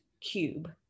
cube